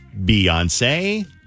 Beyonce